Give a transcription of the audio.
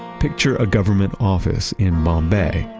picture a government office in bombay,